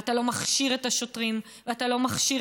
ואתה לא מכשיר את השוטרים ואתה לא מכשיר